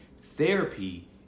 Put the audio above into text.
Therapy